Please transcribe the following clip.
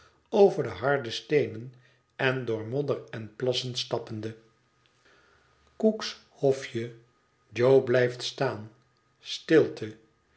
over de harde steenen en door modder en plassen stappende cook's hofje jo blijft staan stilte